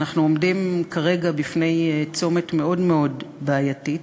ואנחנו עומדים כרגע בפני צומת מאוד מאוד בעייתי.